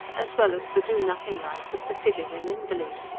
as well as the do nothing life that befitted an invalid.